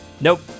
Nope